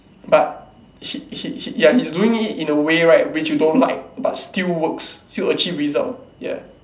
but he he he ya he is doing it in a way right which you don't like but still works still achieve result ya